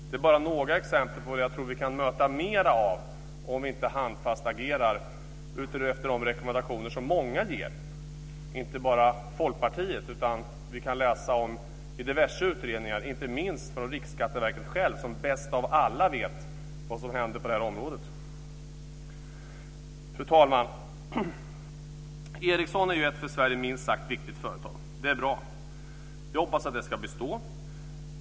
Det är bara några exempel på vad jag tror att vi kan få möta mer av om vi inte handfast agerar efter de rekommendationer som många ger. Det gäller inte bara Folkpartiet, utan vi kan läsa om detta i diverse utredningar - inte minst från Skatteverket självt, som bäst av alla vet vad som händer på det här området. Fru talman! Ericsson är ju ett för Sverige minst sagt viktigt företag. Det är bra. Jag hoppas att det ska bestå.